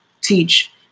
teach